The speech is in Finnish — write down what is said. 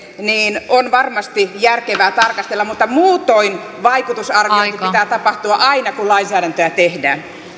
on varmasti järkevää tarkastella mutta muutoin vaikutusarvioinnin pitää tapahtua aina kun lainsäädäntöä tehdään